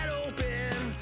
open